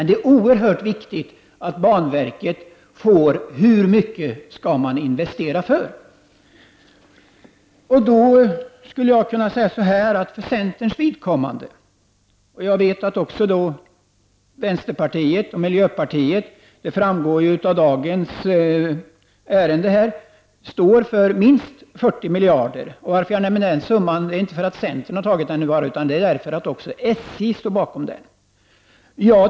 Det är oerhört viktigt att banverket får reda på hur mycket man skall investera för. Centern vill att det här skall vara fråga om minst 40 miljarder, och av dagens debatt framgår att även vänsterpartiet och miljöpartiet står för denna uppfattning. Att jag nämner just denna summa beror inte bara på att centern har föreslagit den, utan anledningen är att också SJ står bakom denna uppfattning.